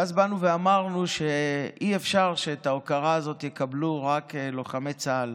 ואז באנו ואמרנו שאי-אפשר שאת ההוקרה הזאת יקבלו רק לוחמי צה"ל,